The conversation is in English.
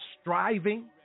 striving